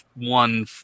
one